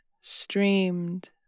streamed